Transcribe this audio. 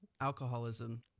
Alcoholism